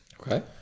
okay